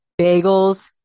Bagels